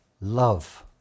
love